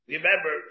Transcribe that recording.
remember